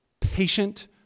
patient